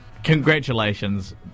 congratulations